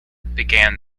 began